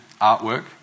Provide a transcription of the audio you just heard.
artwork